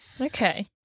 Okay